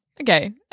Okay